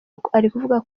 ukuvuga